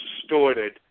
distorted